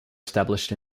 established